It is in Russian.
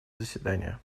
заседания